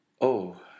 Oh